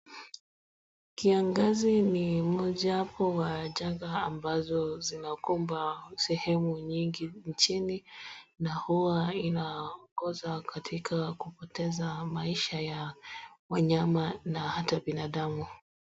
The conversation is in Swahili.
Kiangazi ni mojawapo wa janga ambazo zinakumba sehemu nyingi nchini na huwa inaongoza katika kupoteza maisha ya wanyama na hata binadamu.